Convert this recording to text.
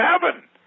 heaven